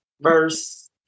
verse